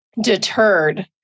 deterred